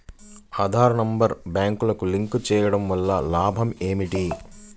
Aadhaar number బ్యాంక్నకు link చేయుటవల్ల లాభం ఏమిటి?